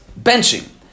benching